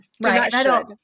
Right